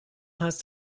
heißt